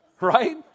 right